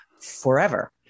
forever